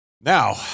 now